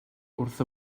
wrth